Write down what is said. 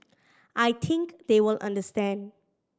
I think they will understand